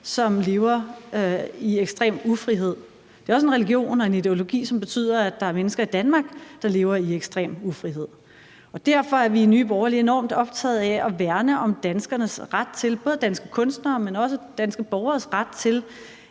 som lever i ekstrem ufrihed. Det er også en religion og en ideologi, som betyder, at der er mennesker i Danmark, der lever i ekstrem ufrihed. Derfor er vi i Nye Borgerlige enormt optaget af at værne om både danske kunstneres, men også danske borgeres ret til